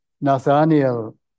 Nathaniel